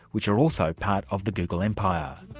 which are also part of the google empire.